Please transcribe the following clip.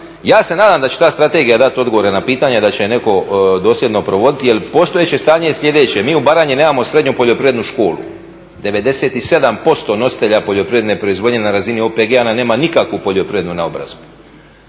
ja se nadam da će ta strategija dati odgovore na pitanja i da će je netko dosljedno provoditi jer postojeće stanje je sljedeće, mi u Baranji nemamo srednju Poljoprivrednu školu. 97% nositelja poljoprivredne proizvodnje na razini OPG-a nam nema nikakvu poljoprivrednu naobrazbu.